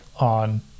on